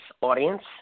audience